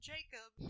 Jacob